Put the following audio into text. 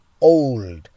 old